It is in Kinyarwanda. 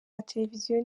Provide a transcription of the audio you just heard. mateleviziyo